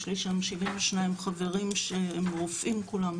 יש לי שם 72 חברים שהם רופאים כולם,